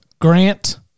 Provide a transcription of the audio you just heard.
Grant